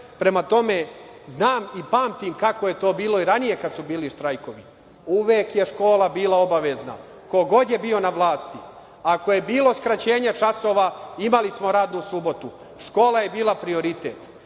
prema tome, znam i pamtim kako je to bilo i ranije kada su bili štrajkovi. Uvek je škola bila obavezna, ko god je bio na vlasti. Ako je bilo skraćenja časova, imali smo radnu subotu, škola je bila prioritet.